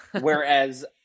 Whereas